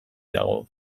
dago